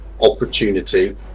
opportunity